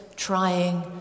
Trying